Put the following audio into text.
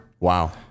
Wow